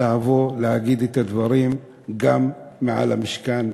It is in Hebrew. לבוא ולהגיד את הדברים גם במשכן,